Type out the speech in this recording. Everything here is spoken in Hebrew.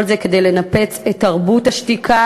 וכל זה כדי לנפץ את תרבות השתיקה